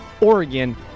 Oregon